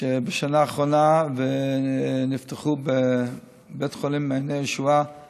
שבשנה האחרונה נפתח בבית החולים מעייני הישועה